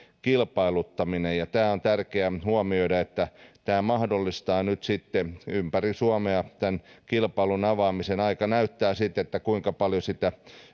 kilpailuttaminen ja on tärkeää huomioida että tämä mahdollistaa nyt sitten ympäri suomea kilpailun avaamisen aika näyttää sitten kuinka paljon sitä